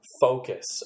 Focus